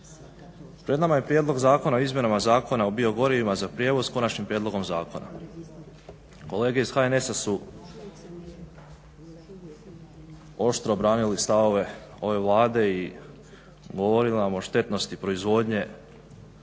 Pred nama je prijedlog Zakona o izmjenama Zakona o biogorivima za prijevoz s konačnim prijedlogom zakona. Kolege iz HNS-a su oštro branili stavove ove Vlade i govorili vam o štetnosti proizvodnje